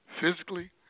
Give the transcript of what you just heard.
physically